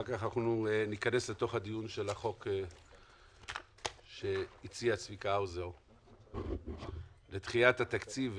אחר כך ניכנס לדיון על הצעת החוק שהציע צביקה האוזר לדחיית התקציב,